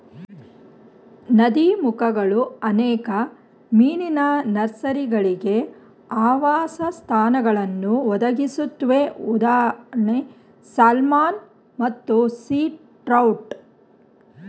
ನದೀಮುಖಗಳು ಅನೇಕ ಮೀನಿನ ನರ್ಸರಿಗಳಿಗೆ ಆವಾಸಸ್ಥಾನಗಳನ್ನು ಒದಗಿಸುತ್ವೆ ಉದಾ ಸ್ಯಾಲ್ಮನ್ ಮತ್ತು ಸೀ ಟ್ರೌಟ್